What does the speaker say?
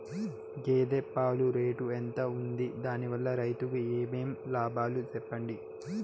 గేదె పాలు రేటు ఎంత వుంది? దాని వల్ల రైతుకు ఏమేం లాభాలు సెప్పండి?